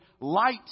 light